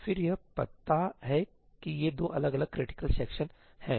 तो फिर यह पता है कि ये दो अलग अलग क्रिटिकल सेक्शन हैं